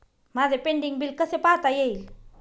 माझे pending bill कसे पाहता येईल?